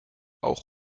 auch